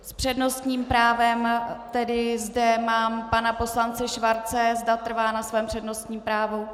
S přednostním právem tedy zde mám pana poslance Schwarze, zda trvá na svém přednostním právu.